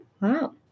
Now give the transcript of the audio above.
Wow